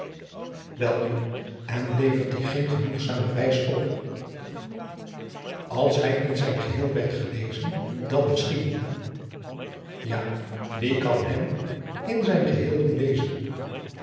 welnu en levert die geen genoegzaam bewijs op als hij in zijn geheel werd gelezen dan misschien ja wie kan hem in zijn geheel doen lezen